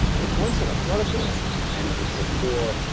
what a coincidence. what a coincidence. and it was before